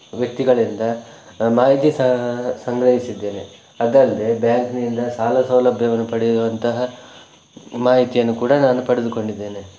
ವ್ಯಕ್ತಿಗಳಿಂದ ಮಾಹಿತಿ ಸಹ ಸಂಗ್ರಹಿಸಿದ್ದೇನೆ ಅದಲ್ಲದೆ ಬ್ಯಾಂಕ್ನಿಂದ ಸಾಲ ಸೌಲಭ್ಯವನ್ನು ಪಡೆಯುವಂತಹ ಮಾಹಿತಿಯನ್ನು ಕೂಡ ನಾನು ಪಡೆದುಕೊಂಡಿದ್ದೇನೆ